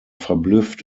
verblüfft